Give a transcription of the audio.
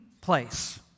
place